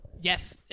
Yes